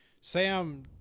Sam